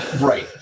Right